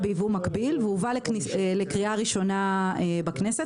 בייבוא מקביל והובא לקריאה ראשונה בכנסת.